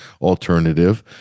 alternative